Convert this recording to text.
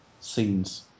scenes